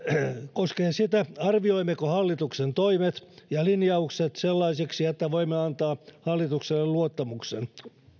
koskee sitä arvioimmeko hallituksen toimet ja linjaukset sellaiseksi että voimme antaa hallitukselle luottamuksen